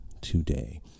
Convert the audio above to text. today